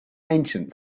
ancient